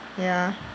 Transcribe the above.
ya